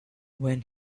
when